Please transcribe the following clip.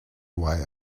why